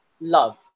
love